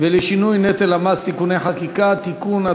ולשינוי נטל המס (תיקוני חקיקה) (תיקון),